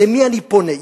למי אני פונה?